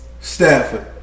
Stafford